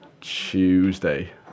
Tuesday